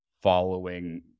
following